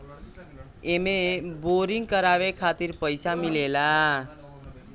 एमे बोरिंग करावे खातिर पईसा मिलेला